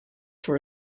for